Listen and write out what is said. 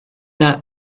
not